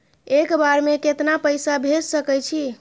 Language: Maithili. एक बार में केतना पैसा भेज सके छी?